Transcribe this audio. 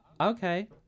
Okay